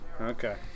okay